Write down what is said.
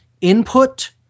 input